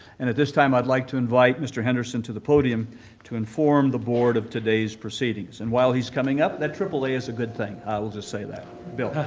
and at this time i'd like to invite mr. henderson to the podium to inform the board of today's proceedings. and while he's coming up, that triple a is a good thing, i'll just say that. bill,